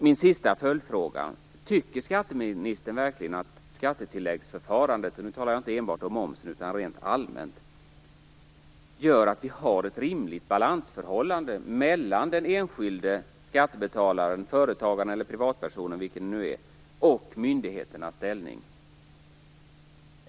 Min sista följdfråga är: Tycker skatteministern verkligen att skattetilläggsförfarandet - nu talar jag inte enbart om momsen, utan rent allmänt - gör att vi har ett rimligt balansförhållande mellan den enskilde skattebetalaren, företagaren eller privatpersonen, vilket det nu är, och myndigheternas ställning?